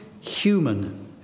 human